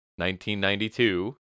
1992